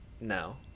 No